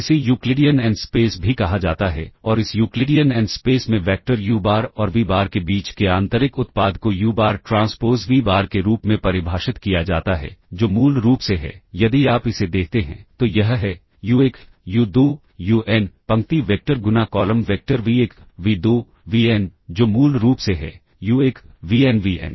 इसे Euclidean N space भी कहा जाता है और इस यूक्लिडियन एन स्पेस में वैक्टर यू बार और वी बार के बीच के आंतरिक उत्पाद को U bar transpose V bar के रूप में परिभाषित किया जाता है जो मूल रूप से है यदि आप इसे देखते हैं तो यह है यू 1 यू 2 यू एन पंक्ति वेक्टर गुना column vector V 1 V 2 V N जो मूल रूप से है U 1 V N V N